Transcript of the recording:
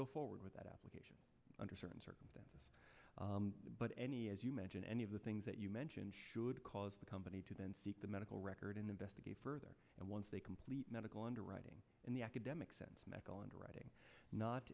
go forward with that application under certain circumstances but any as you mention any of the things that you mentioned should cause the company to then seek the medical record and investigate further and once they complete medical underwriting in the academic sense medical underwriting not